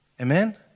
Amen